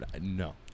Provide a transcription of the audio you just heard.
No